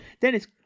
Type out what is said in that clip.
Dennis